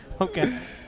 Okay